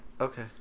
Okay